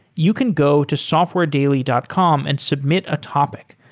you can go to softwaredaily dot com and submit a topic.